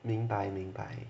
明白明白